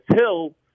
hill